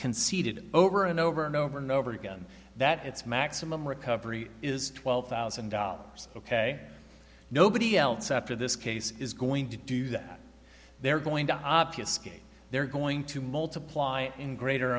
conceded over and over and over and over again that it's maximum recovery is twelve thousand dollars ok nobody else after this case is going to do that they're going to obvious they're going to multiply in greater